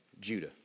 Judah